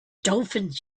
dolphins